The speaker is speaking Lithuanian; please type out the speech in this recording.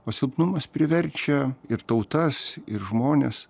o silpnumas priverčia ir tautas ir žmones